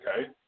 Okay